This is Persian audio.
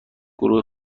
گروه